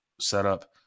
setup